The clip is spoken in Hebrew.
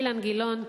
אילן גילאון,